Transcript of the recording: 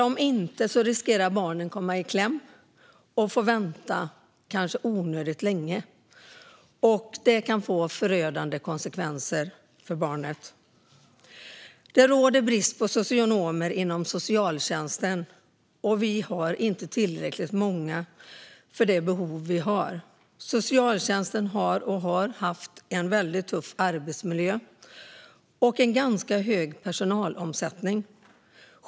Om inte riskerar barnen att komma i kläm och får kanske vänta onödigt länge, vilket kan få förödande konsekvenser för barnen. Det råder brist på socionomer inom socialtjänsten. De är inte tillräckligt många för att täcka behovet. Socialtjänsten har och har haft en väldigt tuff arbetsmiljö och en ganska hög personalomsättning.